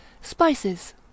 Spices